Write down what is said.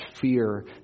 fear